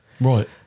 Right